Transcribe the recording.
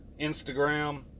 Instagram